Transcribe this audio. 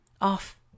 Off